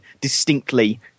distinctly